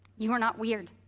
you are not weird.